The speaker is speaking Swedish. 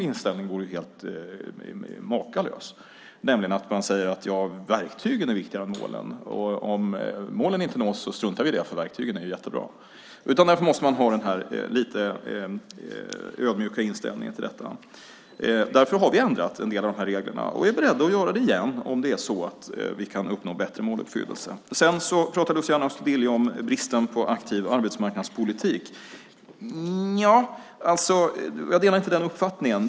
Att säga att verktygen är viktigare än målen och om målen inte nås struntar vi i det, för verktygen är ju jättebra vore helt makalöst. Därför måste man ha en lite ödmjuk inställning till detta, och därför har vi ändrat en del av reglerna. Vi är beredda att göra det igen om det är så att vi kan uppnå bättre måluppfyllelse. Luciano Astudillo pratade också om bristen på aktiv arbetsmarknadspolitik. Nja - jag delar inte den uppfattningen.